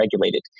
regulated